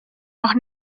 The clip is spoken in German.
noch